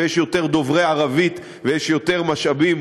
ויש יותר דוברי ערבית ויש יותר משאבים